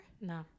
No